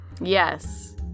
Yes